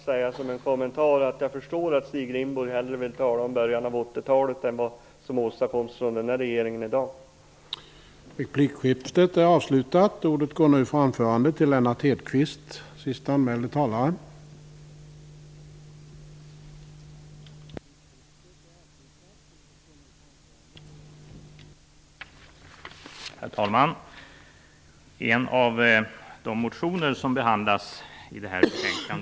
Jag vill bara göra kommentaren att jag förstår att Stig Rindborg hellre vill tala om början av 80-talet än om vad som regeringen i dag åstadkommer.